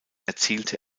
erzielte